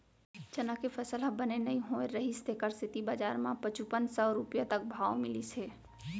चना के फसल ह बने नइ होए रहिस तेखर सेती बजार म पचुपन सव रूपिया तक भाव मिलिस हे